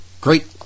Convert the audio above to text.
great